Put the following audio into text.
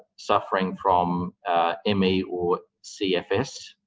suffering from me or cfs,